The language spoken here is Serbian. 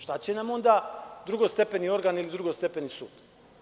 Šta će nam onda drugostepeni organ ili drugostepeni sud?